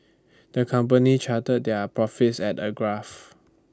the company charted their profits at A graph